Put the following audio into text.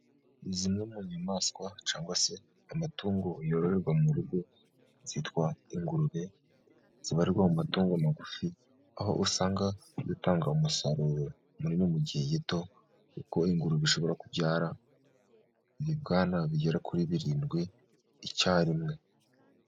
Ni zimwe mu nyamaswa cyangwa se amatungo yororerwa mu rugo, zitwa ingurube. Zibarirwa mu matungo magufi, aho usanga zitanga umusaruro munini mu gihe gito, kuko ingurube ishobora kubyara ibibwana bigera kuri birindwi icyarimwe.